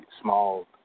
small